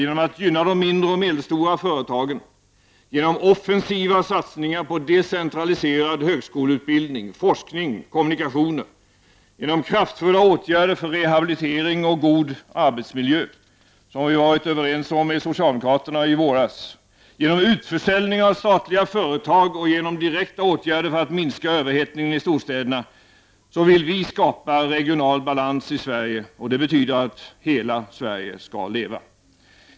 Genom att gynna de mindre och medelstora företagen, genom offensiva satsningar på decentraliserad högskoleutbildning, forskning och kommunikationer, genom kraftfulla åtgärder för rehabilitering och god arbetsmiljö — vi var ju överens med socialdemokraterna i våras —, genom utförsäljning av statliga företag och genom direkta åtgärder för att minska överhettning i storstäderna vill vi skapa regional balans i Sverige. Det betyder att hela Sverige verkligen skall leva.